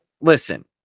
listen